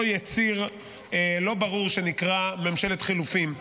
יציר לא ברור שנקרא "ממשלת חילופים".